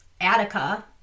Attica